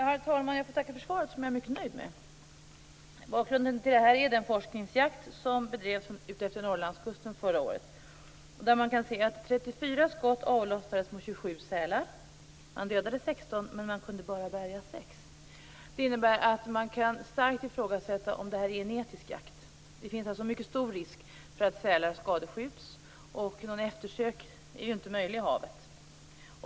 Herr talman! Jag får tacka för svaret som jag är mycket nöjd med. Bakgrunden till detta är den forskningsjakt som bedrevs utefter Norrlandskusten förra året. Där avlossades 34 skott mot 27 sälar. Man dödade 16, men man kunde bara bärga 6. Det innebär att man starkt kan ifrågasätta om detta är en etisk jakt. Det finns mycket stor risk för att sälar skadeskjuts. Eftersök är ju inte möjligt i havet.